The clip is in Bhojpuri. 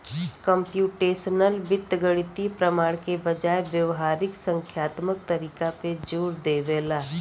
कम्प्यूटेशनल वित्त गणितीय प्रमाण के बजाय व्यावहारिक संख्यात्मक तरीका पे जोर देवला